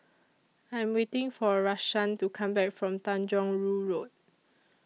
I Am waiting For Rashaan to Come Back from Tanjong Rhu Road